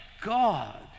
God